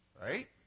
Right